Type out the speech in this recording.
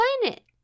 planet